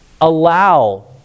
allow